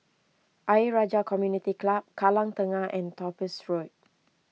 Ayer Rajah Community Club Kallang Tengah and Topaz Road